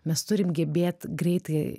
mes turim gebėt greitai